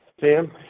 Sam